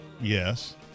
Yes